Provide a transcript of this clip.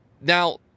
now